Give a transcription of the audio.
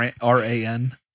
R-A-N